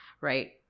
right